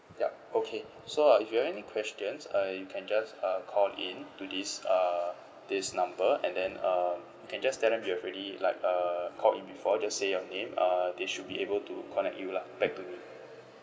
yup okay so uh if you have any questions uh you can just uh call in to this uh this number and then um can just tell them you've already like uh call in before just say your name uh they should be able to connect you lah back to me